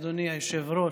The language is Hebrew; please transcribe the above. אדוני היושב-ראש,